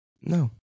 No